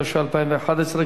התשע"א 2011,